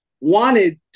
wanted